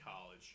college